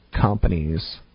companies